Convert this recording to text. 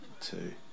two